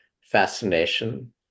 fascination